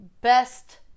best